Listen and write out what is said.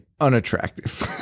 unattractive